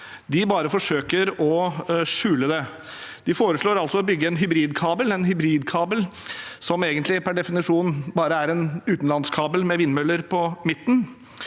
de bare forsøker å skjule det. De foreslår altså å bygge en hybridkabel som egentlig per definisjon bare er en utenlandskabel med vindmøller på midten,